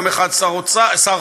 יום אחד שר חוץ,